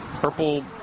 purple